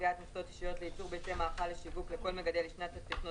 לקביעת מכסות אישיות לייצור ביצי מאכל לשיווק לכל מגדל לשנת התכנון,